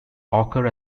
occur